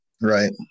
Right